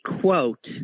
quote